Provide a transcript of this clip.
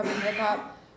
hip-hop